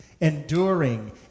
enduring